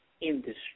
Industry